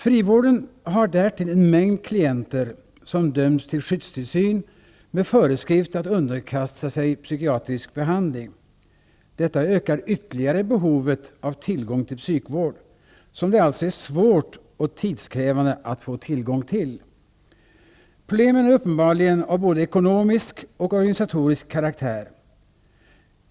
Frivården har därtill en mängd klienter som dömts till skyddstillsyn med föreskrift att underkasta sig psykiatrisk behandling. Detta ökar ytterligare behovet av tillgång till psykvård, som det alltså är svårt och tidskrävande att få tillgång till. Problemen är uppenbarligen av både ekonomisk och organisatorisk karaktär.